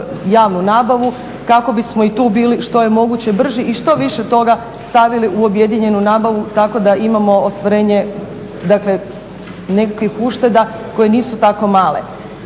javnu nabavu kako bismo i tu bili što je moguće brži i što više toga stavili u objedinjenu nabavu tako da imamo ostvarenje, dakle nekakvih ušteda koje nisu tako male.